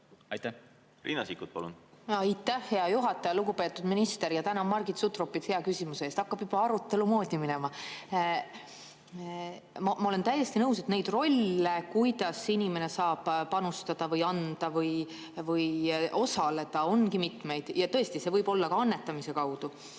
palun! Riina Sikkut, palun! Aitäh, hea juhataja! Lugupeetud minister! Ja tänan Margit Sutropit hea küsimuse eest, hakkab juba arutelu moodi minema. Ma olen täiesti nõus, et neid rolle, kuidas inimene saab panustada, anda või osaleda, ongi mitmeid. Tõesti, see võib olla ka annetamise kaudu.